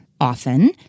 often